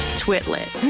twit lit.